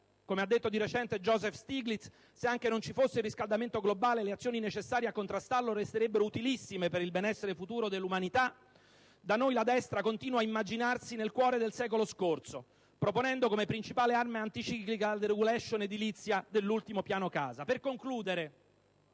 (come ha detto di recente Joseph Stiglitz, se anche non ci fosse il riscaldamento globale le azioni necessarie a contrastarlo resterebbero utilissime per il benessere futuro dell'umanità), da noi la destra continua a immaginarsi nel cuore del secolo scorso, proponendo come principale arma anticiclica la *deregulation* edilizia dell'ultimo piano casa.